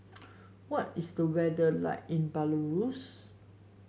what is the weather like in Belarus